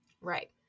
Right